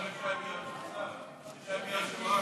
8906, 8913 ו-8991,